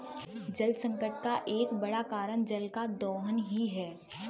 जलसंकट का एक बड़ा कारण जल का दोहन ही है